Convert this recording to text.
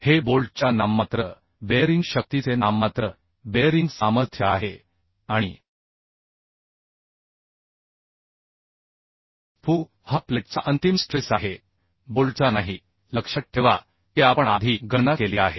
हे बोल्टच्या नाममात्र बेअरिंग शक्तीचे नाममात्र बेअरिंग सामर्थ्य आहे आणि fu हा प्लेटचा अंतिम स्ट्रेस आहे बोल्टचा नाही लक्षात ठेवा की आपण आधी गणना केली आहे